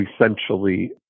essentially